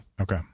okay